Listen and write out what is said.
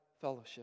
fellowship